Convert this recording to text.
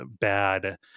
bad